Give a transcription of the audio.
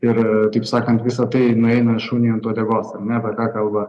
ir taip sakant visa tai nueina šuniui ant uodegos ar ne apie ką kalba